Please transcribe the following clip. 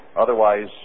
Otherwise